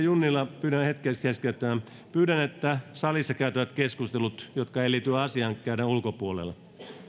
junnila pyydän hetkeksi keskeyttämään pyydän että salissa käytävät keskustelut jotka eivät liity asiaan käydään salin ulkopuolella